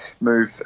move